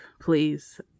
please